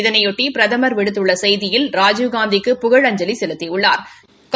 இதனைபொட்டி பிரதமா் விடுத்துள்ள செய்தியில் ராஜீவ்காந்திக்கு புகழஞ்சலி செலுத்தியுள்ளாா்